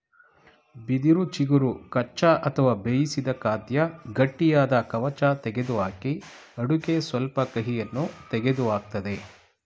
ಬಿದಿರು ಚಿಗುರು ಕಚ್ಚಾ ಅಥವಾ ಬೇಯಿಸಿದ ಖಾದ್ಯ ಗಟ್ಟಿಯಾದ ಕವಚ ತೆಗೆದುಹಾಕಿ ಅಡುಗೆ ಸ್ವಲ್ಪ ಕಹಿಯನ್ನು ತೆಗೆದುಹಾಕ್ತದೆ